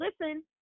listen